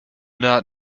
not